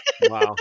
Wow